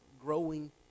growing